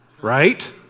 right